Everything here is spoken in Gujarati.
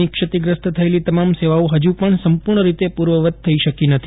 ની ક્ષતિગ્રસ્ત થયેલી તમામ સેવાઓ ફજુ પણ સંપૂર્ણ રીતે પૂર્વવત થઈ શકી નથી